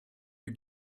you